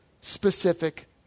specific